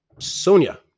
Sonia